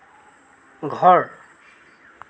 ঘৰ